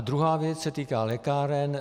Druhá věc se týká lékáren.